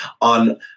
on